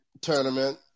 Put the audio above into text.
tournament